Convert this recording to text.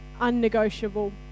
unnegotiable